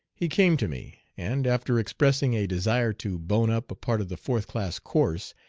he came to me, and, after expressing a desire to bone up a part of the fourth class course,